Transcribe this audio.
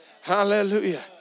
Hallelujah